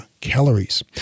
calories